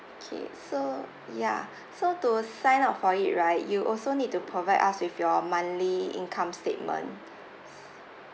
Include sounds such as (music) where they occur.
okay so yeah (breath) so to sign up for it right you also need to provide us with your monthly income statements